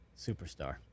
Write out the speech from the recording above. Superstar